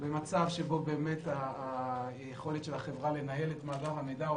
במצב שבו היכולת לנהל את מעבר המידע,